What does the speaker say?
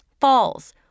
falls